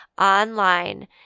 online